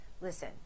Listen